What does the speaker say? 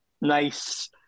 nice